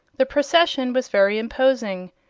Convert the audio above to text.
the procession was very imposing.